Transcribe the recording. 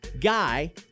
Guy